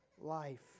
life